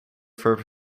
for